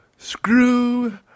Screw